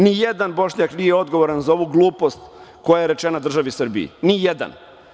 Ni jedan Bošnjak nije odgovoran za ovu glupost koja je rečena državi Srbiji, ni jedan.